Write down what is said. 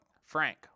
frank